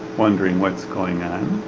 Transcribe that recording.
wondering what's going on.